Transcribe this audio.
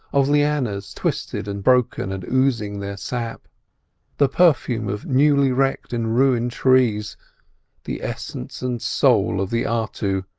of lianas twisted and broken and oozing their sap the perfume of newly-wrecked and ruined trees the essence and soul of the artu,